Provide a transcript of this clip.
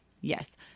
Yes